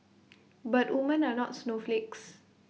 but woman are not snowflakes